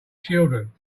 children